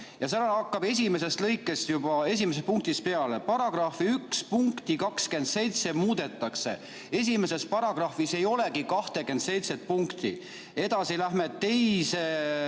seal hakkab esimesest lõikest juba, esimesest punktist peale: § 1 punkti 27 muudetakse. Esimeses paragrahvis ei olegi 27. punkti! Edasi, lähme teise